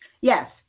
Yes